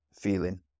feeling